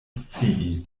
scii